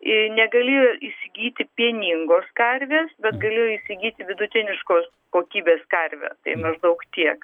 ir negalėjo įsigyti pieningos karvės bet galėjo įsigyti vidutiniškos kokybės karvę tai maždaug tiek